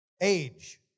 age